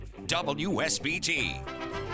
WSBT